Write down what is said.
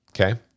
Okay